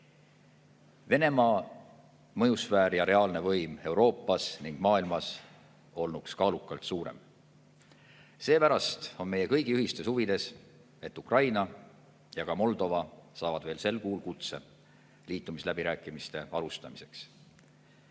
Venemaa mõjusfäär ja reaalne võim Euroopas ning maailmas olnuks kaalukalt suurem. Seepärast on meie kõigi ühistes huvides, et Ukraina ja ka Moldova saavad veel sel kuul kutse liitumisläbirääkimiste alustamiseks.